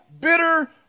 bitter